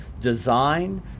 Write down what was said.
design